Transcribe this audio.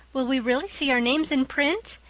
will we really see our names in print?